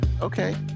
okay